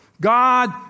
God